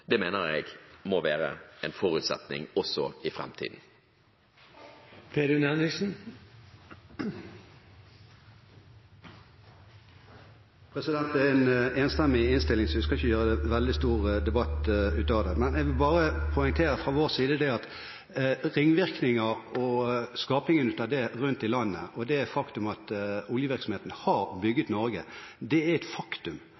være en forutsetning også i framtiden. Det er en enstemmig innstilling, så vi skal ikke lage en veldig stor debatt av det, men jeg vil bare poengtere fra vår side at skapingen av ringvirkninger rundt om i landet, og at oljevirksomheten har bygd Norge, er et faktum. Det er ikke bare tomt innhold i festtaler. Det har blitt skapt arbeidsplasser, og det